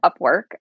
Upwork